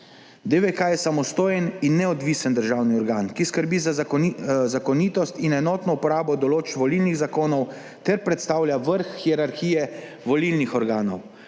DVK je samostojen in neodvisen državni organ, ki skrbi za zakonitost in enotno uporabo določb volilnih zakonov ter predstavlja vrh hierarhije volilnih organov.